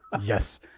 Yes